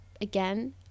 again